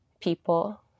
people